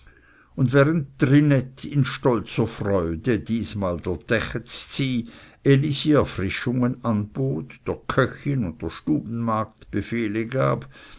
und während trinette in stolzer freude diesmal dr däche z'sy elisi erfrischungen anbot der köchin und der stubenmagd befehle gab